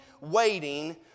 waiting